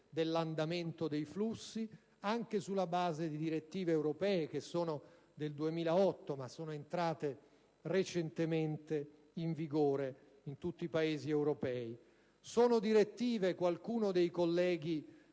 dell'andamento dei flussi, anche sulla base di direttive europee, che sono del 2008, ma sono entrate recentemente in vigore in tutti Paesi europei. Sono direttive - qualcuno dei colleghi